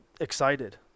excited